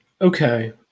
Okay